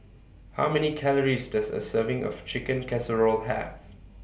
How Many Calories Does A Serving of Chicken Casserole Have